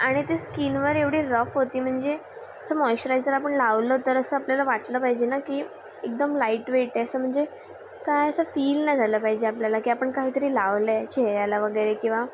आणि ते स्किनवर एवढी रफ होती म्हणजे जसं मॉइचरायजर आपण लावलं तर असं आपल्याला वाटलं पाहिजे ना की एकदम लाईट वेटय असं म्हणजे काय असं फील न झालं पाहिजे आपल्याला की आपण काहीतरी लावलंय चेहऱ्याला वगैरे किंवा